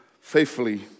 faithfully